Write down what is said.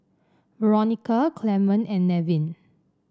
Veronica Clemon and Nevin